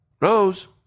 Rose